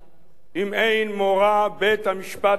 אם אין מורא בית-המשפט עליהם,